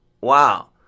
Wow